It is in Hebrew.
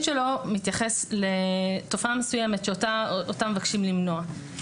שלו מתייחסת לתופעה מסוימת אותה מבקשים למנוע.